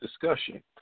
discussion